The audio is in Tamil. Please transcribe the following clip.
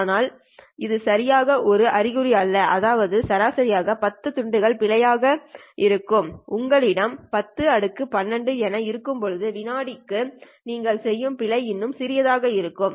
ஆனால் இது சரியாக ஒரு அறிகுறி அல்ல அதாவது சராசரியாக 10 துண்டுகள் பிழை ஆக இருக்கும் உங்களிடம் 10 12 என இருக்கும்போது வினாடிக்கு நீங்கள் செய்யும் பிழை இன்னும் சிறியதாக இருக்கும் சரி